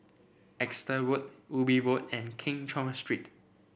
Exeter Road Ubi Road and Keng Cheow Street